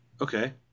Okay